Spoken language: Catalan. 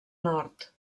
nord